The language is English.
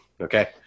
Okay